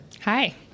Hi